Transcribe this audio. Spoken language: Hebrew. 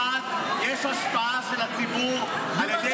יש השפעה של הציבור על ידי כוח דיגיטלי.